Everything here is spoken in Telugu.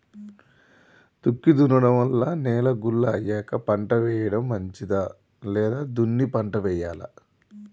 దుక్కి దున్నడం వల్ల నేల గుల్ల అయ్యాక పంట వేయడం మంచిదా లేదా దున్ని పంట వెయ్యాలా?